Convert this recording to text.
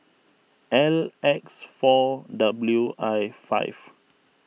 L X four W I five